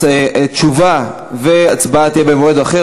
תשובה והצבעה במועד אחר.